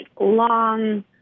long